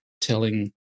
telling